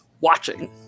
watching